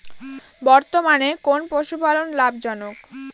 বর্তমানে কোন পশুপালন লাভজনক?